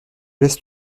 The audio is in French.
laisse